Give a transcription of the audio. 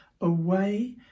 away